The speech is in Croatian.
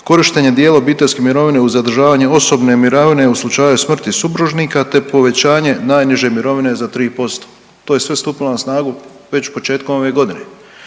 korištenje dijela obiteljske mirovine uz zadržavanje osobne mirovine u slučaju smrti supružnika, te povećanje najniže mirovine za 3%. To je sve stupilo na snagu već početkom ove godine